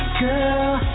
girl